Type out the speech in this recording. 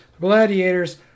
gladiators